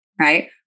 right